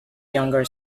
younger